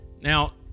Now